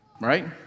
Right